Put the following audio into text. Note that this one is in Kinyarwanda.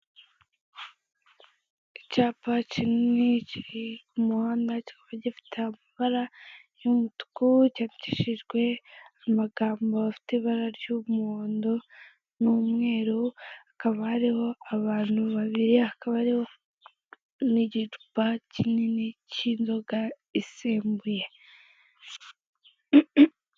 Icyapa kinini kiri ku muhanda kikaba gifite amabara y'umutuku cyandikishijwe amagambo afite ibara ry'umuhondo n'umweru, hakaba hariho abantu babiri hakaba hariho n'igicupa kinini cy'inzoga isembuye.